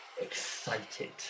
excited